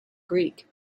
greek